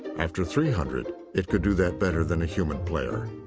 after three hundred, it could do that better than a human player.